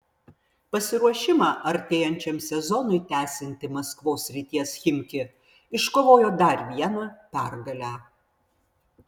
pasiruošimą artėjančiam sezonui tęsianti maskvos srities chimki iškovojo dar vieną pergalę